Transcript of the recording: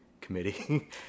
committee